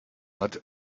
hat